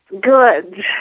good